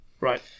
Right